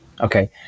Okay